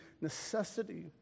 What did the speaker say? necessity